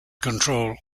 control